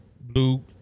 blue